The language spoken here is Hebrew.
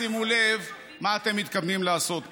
שלא ישימו לב מה אתם מתכוונים לעשות פה.